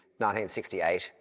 1968